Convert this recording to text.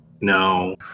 No